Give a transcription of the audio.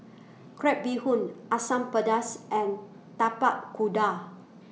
Crab Bee Hoon Asam Pedas and Tapak Kuda